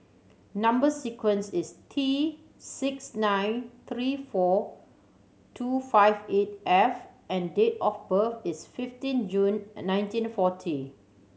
number sequence is T six nine three four two five eight F and date of birth is fifteen June nineteen forty